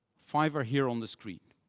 five are here on the street.